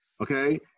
Okay